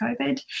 COVID